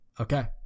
okay